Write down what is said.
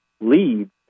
leads